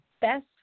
best